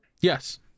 Yes